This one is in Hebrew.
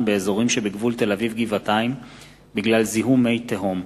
באזורים שבגבול תל-אביב גבעתיים בגלל זיהום מי תהום,